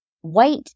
white